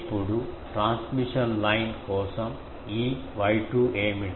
ఇప్పుడు transmission line కోసం ఈ Y2 ఏమిటి